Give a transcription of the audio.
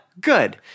good